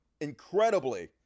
incredibly